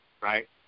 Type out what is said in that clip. right